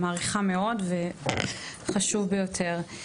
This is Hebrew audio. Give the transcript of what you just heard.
מעריכה מאוד וחשוב ביותר.